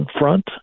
Front